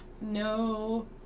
no